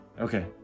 Okay